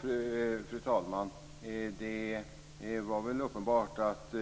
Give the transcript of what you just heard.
Fru talman! Det var väl uppenbart att